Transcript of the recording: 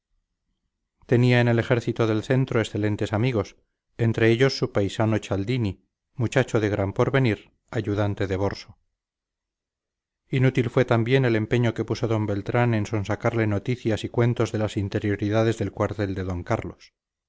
tenía en el ejército del centro excelentes amigos entre ellos su paisano cialdini muchacho de gran porvenir ayudante de borso inútil fue también el empeño que puso d beltrán en sonsacarle noticias y cuentos de las interioridades del cuartel de d carlos